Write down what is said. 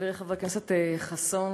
חברי חבר הכנסת חסון,